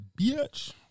bitch